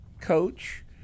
coach